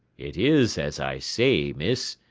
it is as i say, miss.